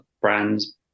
brands